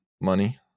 Money